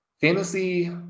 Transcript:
fantasy